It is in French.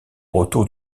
retour